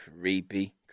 Creepy